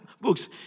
books